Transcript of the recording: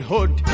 Hood